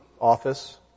office